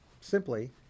simply